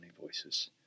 voices